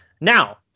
now